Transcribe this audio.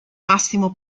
massimo